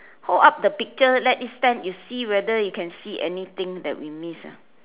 hold up the picture let it stand you see whether you can see anything that we miss or not